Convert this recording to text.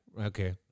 okay